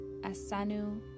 asanu